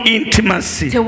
intimacy